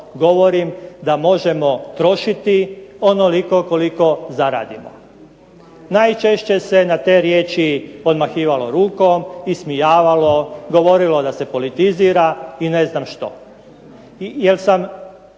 da možemo trošiti onoliko koliko zaradimo. Najčešće se na te riječi odmahivalo rukom, ismijavalo, govorilo da se politizira i ne znam što.